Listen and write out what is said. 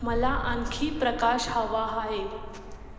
मला आणखी प्रकाश हवा आहे